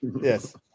Yes